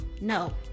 No